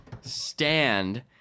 stand